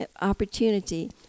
opportunity